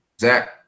Zach